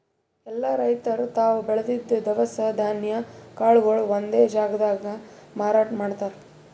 ಎಲ್ಲಾ ರೈತರ್ ತಾವ್ ಬೆಳದಿದ್ದ್ ದವಸ ಧಾನ್ಯ ಕಾಳ್ಗೊಳು ಒಂದೇ ಜಾಗ್ದಾಗ್ ಮಾರಾಟ್ ಮಾಡ್ತಾರ್